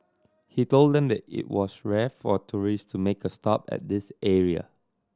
he told them that it was rare for tourist to make a stop at this area